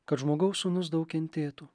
kad žmogaus sūnus daug kentėtų